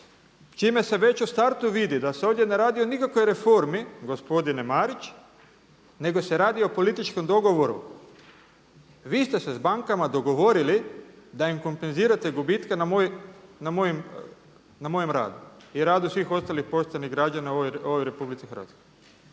čime se već u startu vidi da se ovdje ne radi o nikakvoj reformi gospodine Marić nego se radi o političkom dogovoru. Vi ste se s bankama dogovorili da im kompenzirate gubitke na mojem radu i radu svih ostalih poštenih građana u ovoj RH. I prema